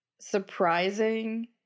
surprising